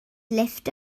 lifft